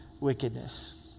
wickedness